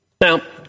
Now